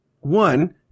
One